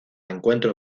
encuentro